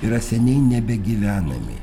yra seniai nebegyvenami